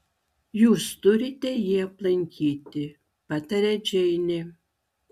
jūs turite jį aplankyti pataria džeinė